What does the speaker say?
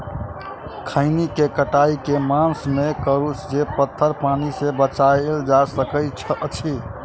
खैनी केँ कटाई केँ मास मे करू जे पथर पानि सँ बचाएल जा सकय अछि?